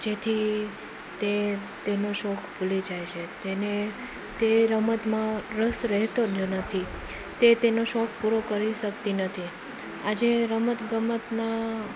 જેથી તે તેનું શોખ ભૂલી જાય છે તેને તે રમતમાં રસ રહેતો જ નથી તે તેનો શોખ પૂરો કરી શકતી નથી આજે રમતગમતમાં